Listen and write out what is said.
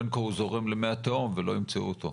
בין כה הוא זורם למי התהום ולא ימצאו אותו.